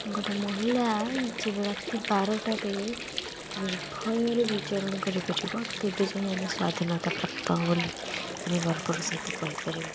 ଗୋଟେ ମହିଳା ଯେବେ ରାତି ବାରଟାରେ ନିର୍ଭୟରେ ବିଚରଣ କରିପାରିବ ତେବେ ଯାଇଁ ଆମେ ସ୍ୱାଧୀନତା ପ୍ରାପ୍ତ ବୋଲି ଆମେ ଗର୍ବର ସହିତ କହି ପାରିବା